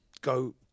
go